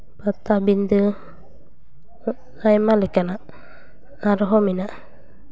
ᱯᱟᱴᱟᱵᱤᱸᱫᱟᱹ ᱟᱭᱢᱟ ᱞᱮᱠᱟᱱᱟᱜ ᱟᱨᱦᱚᱸ ᱢᱮᱱᱟᱜᱼᱟ